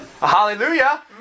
Hallelujah